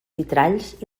vitralls